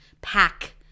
Pack